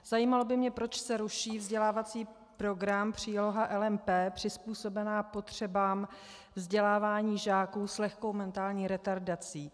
Zajímalo by mě, proč se ruší vzdělávací program příloha LMP, přizpůsobená potřebám vzdělávání žáků s lehkou mentální retardací.